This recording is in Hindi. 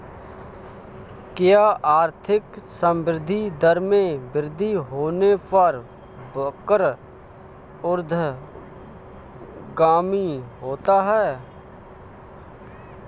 क्या आर्थिक संवृद्धि दर में वृद्धि होने पर वक्र ऊर्ध्वगामी होता है?